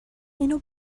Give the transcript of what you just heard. اینو